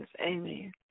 amen